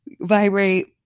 vibrate